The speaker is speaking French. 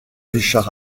richard